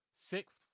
sixth